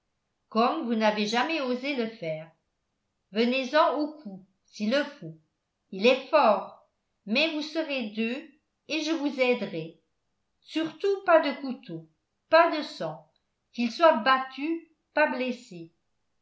comme vous n'avez jamais osé le faire venez en aux coups s'il le faut il est fort mais vous serez deux et je vous aiderai surtout pas de couteaux pas de sang qu'il soit battu pas blessé